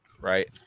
right